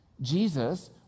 Jesus